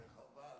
אוי, חבל.